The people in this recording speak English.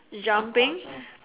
jumping